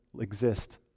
exist